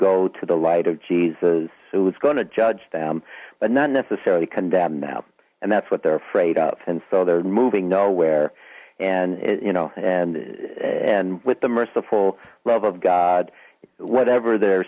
go to the light of jesus who is going to judge them but not necessarily condemn them and that's what they're afraid of and so they're moving nowhere and you know and with the merciful love of god whatever their